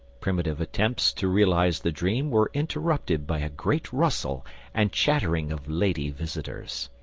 primitive attempts to realise the dream were interrupted by a great rustle and chattering of lady visitors.